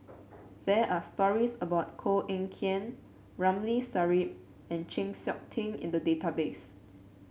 there are stories about Koh Eng Kian Ramli Sarip and Chng Seok Tin in the database